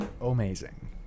Amazing